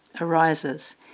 arises